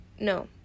No